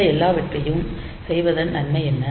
இந்த எல்லாவற்றையும் செய்வதன் நன்மை என்ன